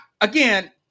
again